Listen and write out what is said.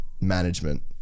management